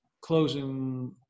closing